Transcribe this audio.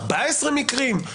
14 מקרים?